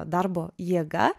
darbo jėga